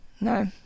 no